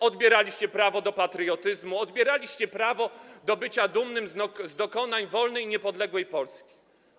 Odbieraliście prawo do patriotyzmu, odbieraliście prawo do bycia dumnym z dokonań wolnej i niepodległej Polski.